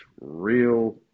real